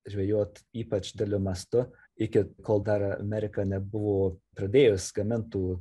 žvejot ypač dideliu mastu iki kol dar amerika nebuvo pradėjus gamint tų